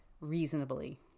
reasonably